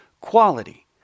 quality